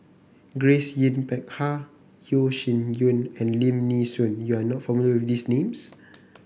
Grace Yin Peck Ha Yeo Shih Yun and Lim Nee Soon you are not familiar with these names